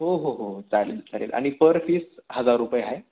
हो हो हो चालेल चालेल आणि पर फीस हजार रुपये आहे